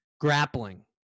Grappling